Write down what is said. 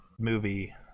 movie